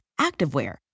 activewear